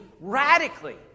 radically